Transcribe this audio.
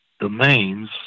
domains